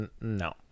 no